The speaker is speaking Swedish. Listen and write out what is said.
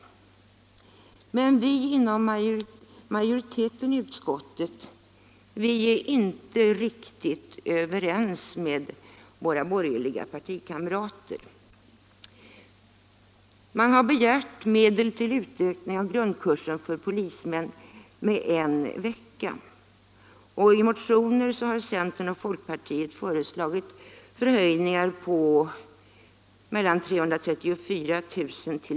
Men vi som är i majoritet i utskottet är inte riktigt ense med våra borgerliga kamrater. Man har begärt medel till utökning av grundkursen för polismän med en vecka. I motioner har centern och folkpartiet föreslagit förhöjningar på mellan 334 000 kr.